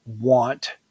want